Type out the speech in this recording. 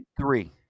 three